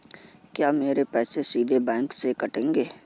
क्या मेरे पैसे सीधे बैंक से कटेंगे?